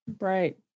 Right